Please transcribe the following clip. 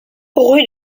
rue